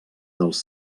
dels